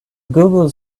google